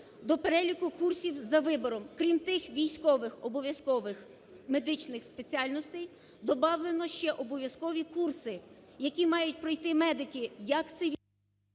до переліку курсів за вибором, крім тих військових обов'язкових медичних спеціальностей добавлено ще обов'язкові курси, які мають пройти медики як…